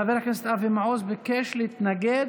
חבר הכנסת אבי מעוז ביקש להתנגד